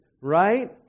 right